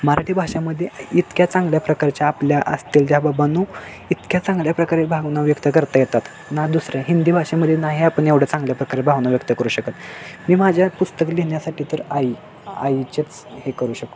मराठी भाषेमध्ये इतक्या चांगल्या प्रकारच्या आपल्या असतील ज्या बाबांनो इतक्या चांगल्या प्रकारे भावना व्यक्त करता येतात ना दुसऱ्या हिंदी भाषेमध्ये ना हे आपण एवढं चांगल्या प्रकारे भावना व्यक्त करू शकत मी माझ्या पुस्तक लिहिण्यासाठी तर आई आईचेच हे करू शकतो